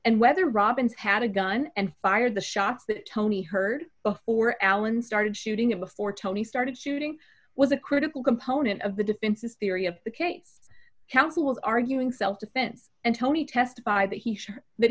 and whether robbins had a gun and fired the shots that tony heard before alan started shooting it before tony started shooting with a critical component of the defense's theory of the case counsel's arguing self defense and tony testified that he